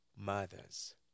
mothers